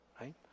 right